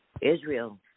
Israel